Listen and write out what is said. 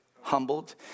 Humbled